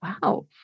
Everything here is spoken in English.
Wow